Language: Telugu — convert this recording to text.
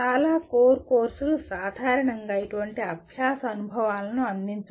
చాలా కోర్ కోర్సులు సాధారణంగా ఇటువంటి అభ్యాస అనుభవాలను అందించవు